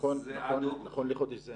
נכון לחודש זה,